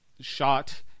shot